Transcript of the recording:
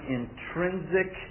intrinsic